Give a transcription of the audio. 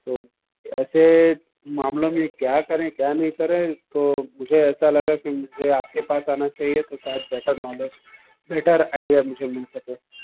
तो ऐसे मामलों में क्या करें क्या नहीं करें तो मुझे ऐसा लगा की मुझे आपके पास आना चाहिए तो शायद बेटर नॉलेज बेटर आईडिया मुझे मिल सके